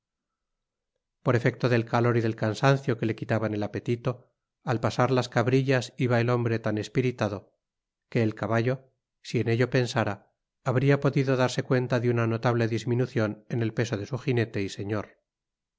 por efecto del calor y del cansancio que le quitaban el apetito al pasar las cabrillas iba el hombre tan espiritado que el caballo si en ello pensara habría podido darse cuenta de una notable disminución en el peso de su jinete y señor